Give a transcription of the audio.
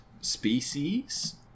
species